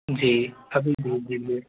जी अभी भेज दीजिए